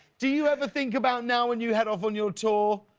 do you ever think about now when you head off on your tour,